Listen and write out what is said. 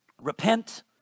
repent